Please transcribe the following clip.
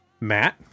Matt